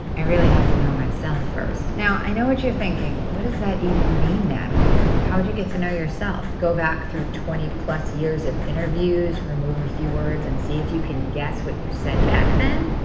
i really have to know myself first. now, i know what you're thinking what does that even mean, natalie? how would you get to know yourself? go back through twenty plus years of interviews, remove a few words and see if you can guess what you said back then?